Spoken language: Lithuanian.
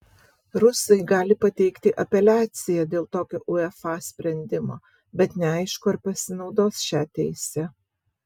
rusai gali pateikti apeliaciją dėl tokio uefa sprendimo bet neaišku ar pasinaudos šia teise